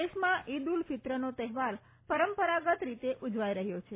દેશમાં ઇદ ઉલ ફિત્રનો તહેવાર પરંપરાગત રીતે ઉજવાઈ રહ્યો છે